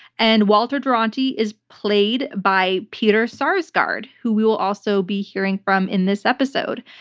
and walter duranty is played by peter sarsgaard, who we will also be hearing from in this episode.